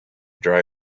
dry